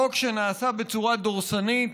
חוק שנעשה בצורה דורסנית,